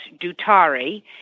Dutari